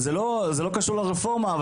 קשור ישירות לרפורמה,